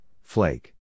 flake